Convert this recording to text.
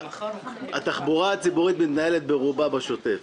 התחבורה הציבורית מתנהלת ברובה בשוטף.